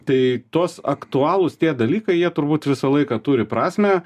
tai tos aktualūs tie dalykai jie turbūt visą laiką turi prasmę